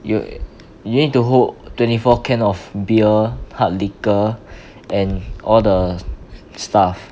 you you need to hold twenty four can of beer hard liquor and all the stuff